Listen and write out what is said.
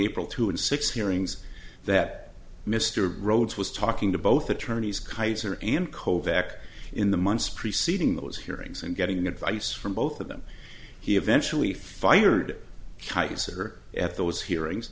april two and six hearings that mr rhodes was talking to both attorneys keiser and kovac in the months preceding those hearings and getting advice from both of them he eventually fired keiser at those hearings